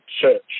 Church